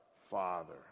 Father